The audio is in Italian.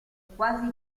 quasi